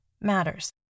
matters